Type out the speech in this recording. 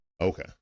Okay